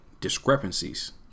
discrepancies